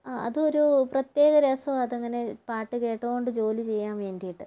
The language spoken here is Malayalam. അത് ഒരു പ്രത്യേക രസമാണ് അതങ്ങനെ പാട്ട് കേട്ടുകൊണ്ട് ജോലി ചെയ്യാൻ വേണ്ടിയിട്ട്